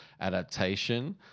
Adaptation